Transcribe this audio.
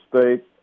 State